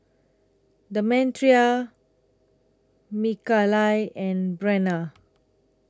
Demetria Mikaila and Brenna